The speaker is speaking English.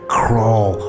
crawl